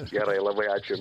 gerai labai ačiū jum